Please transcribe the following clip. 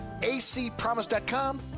acpromise.com